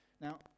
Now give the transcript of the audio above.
Now